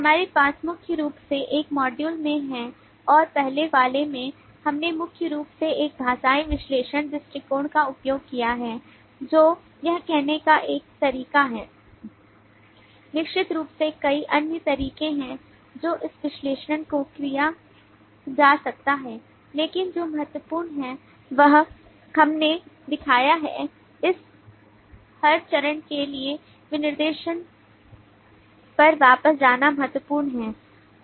हमारे पास मुख्य रूप से इस मॉड्यूल में है और पहले वाले में हमने मुख्य रूप से एक भाषाई विश्लेषण दृष्टिकोण का उपयोग किया है जो यह करने का एक तरीका है निश्चित रूप से कई अन्य तरीके हैं जो इस विश्लेषण को किया जा सकता है लेकिन जो महत्वपूर्ण है वह हमने दिखाया है हर चरण के लिए विनिर्देश पर वापस जाना महत्वपूर्ण है